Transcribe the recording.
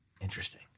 Interesting